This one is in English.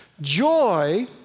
Joy